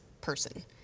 person